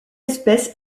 espèce